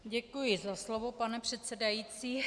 Děkuji za slovo, pane předsedající.